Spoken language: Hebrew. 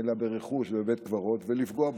אלא ברכוש, בבית הקברות, ולפגוע בהן.